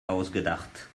ausgedacht